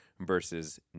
versus